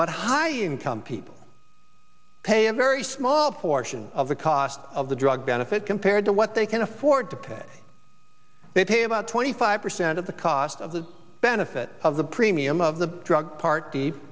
but high income people pay a very small portion of the cost of the drug benefit compared to what they can afford to pay they pay about twenty five percent of the cost of the benefit of the premium of the drug party d